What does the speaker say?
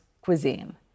cuisine